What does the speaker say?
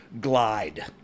glide